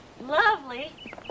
Lovely